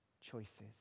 Choices